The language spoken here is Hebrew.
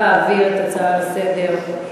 להעביר את ההצעה לסדר-היום